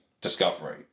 Discovery